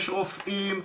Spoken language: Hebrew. יש רופאים,